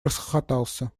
расхохотался